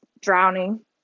drowning